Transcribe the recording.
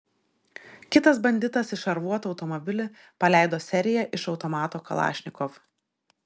kitas banditas į šarvuotą automobilį paleido seriją iš automato kalašnikov